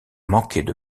manquaient